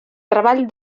treball